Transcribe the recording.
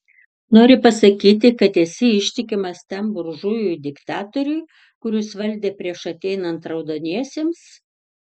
nori pasakyti kad esi ištikimas tam buržujui diktatoriui kuris valdė prieš ateinant raudoniesiems